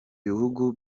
bihugu